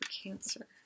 Cancer